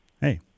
Hey